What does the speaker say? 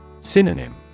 Synonym